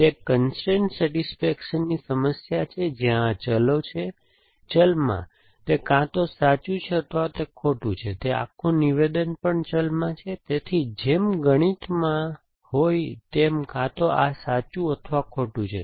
તે એક કન્સ્ટ્રેઇન સેટિસ્ફેક્શનની સમસ્યા છે જ્યાં આ ચલ છે ચલમાં તે કાં તો સાચું છે અથવા તે ખોટું છે અને આ આખું નિવેદન પણ ચલમાં છે તેથી જેમ ગણિતમાંથી હોઈ છે તેમ કાં તો આ સાચું છે અથવા તે ખોટું છે